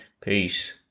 Peace